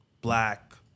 black